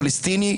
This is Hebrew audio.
פלסטיני,